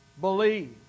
believe